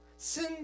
Sin